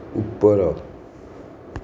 ଉପର